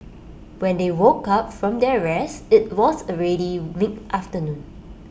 when they woke up from their rest IT was already mid afternoon